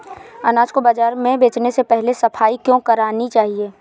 अनाज को बाजार में बेचने से पहले सफाई क्यो करानी चाहिए?